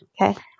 Okay